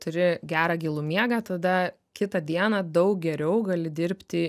turi gerą gilų miegą tada kitą dieną daug geriau gali dirbti